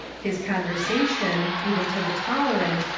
his conversation, even to the tolerant,